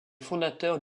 fondateurs